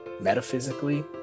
metaphysically